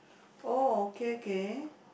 oh okay okay